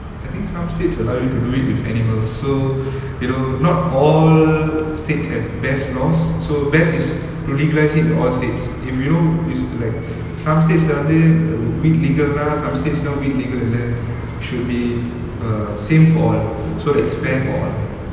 I think some states allow you to do it with animals so you know not all states have best laws so best is to legalise it in all states if you don't use like some states ல வந்து:la vanthu weed legal னா:na some states no weed legal இல்ல:illa should be err same for all so that it's fair for all